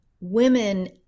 women